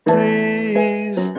Please